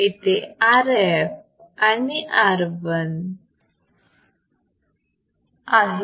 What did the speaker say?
इथे Rf आणि RI आहे